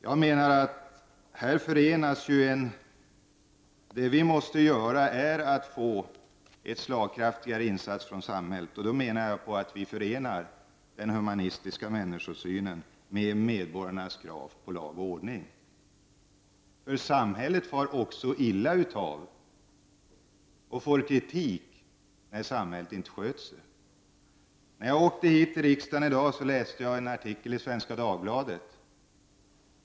Jag menar att det behövs en slagkraftigare insats från samhället. På det sättet kan en humanitär människosyn förenas med medborgarnas krav på lag och ordning. Samhället far ju illa och får kritik när samhället inte sköter sig. När jag i dag åkte till riksdagen läste jag en artikel i Svenska Dagbladet.